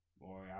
boy